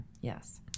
Yes